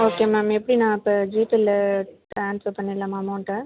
okay ma'am எப்படி நான் இப்போ ஜிபேல ட்ரான்ஸ்ஃபர் பண்ணிடலாமா அமௌன்ட்டை